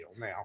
now